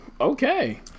Okay